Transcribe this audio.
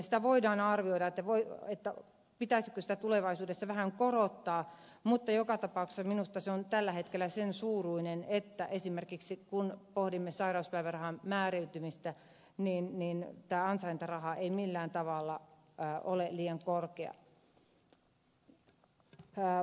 sitä voidaan arvioida pitäisikö sitä tulevaisuudessa vähän korottaa mutta joka tapauksessa minusta se on tällä hetkellä sen suuruinen että esimerkiksi kun pohdimme sairauspäivärahan määrittymistä niin niin että on määräytymistä ansaintaraja ei millään tavalla ole liian korkea